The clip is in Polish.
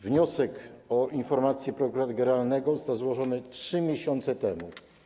Wniosek o informację prokuratora generalnego został złożony 3 miesiące temu.